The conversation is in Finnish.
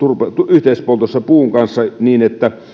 yhteispoltossa puun kanssa niin että